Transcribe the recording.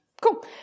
Cool